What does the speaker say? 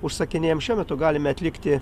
užsakinėjam šiuo metu galime atlikti